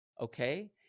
okay